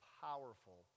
powerful